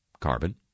carbon